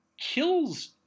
kills